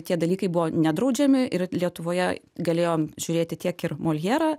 tie dalykai buvo nedraudžiami ir lietuvoje galėjom žiūrėti tiek ir moljerą